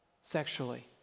Sexually